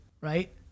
right